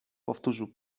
powtórzył